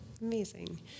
Amazing